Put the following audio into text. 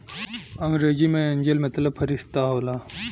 अंग्रेजी मे एंजेल मतलब फ़रिश्ता होला